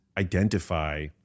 identify